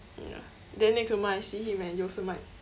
mm ya then next moment I see him and you also might